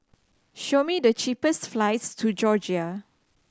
show me the cheapest flights to Georgia